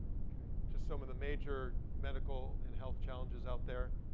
just some of the major medical and health challenges out there.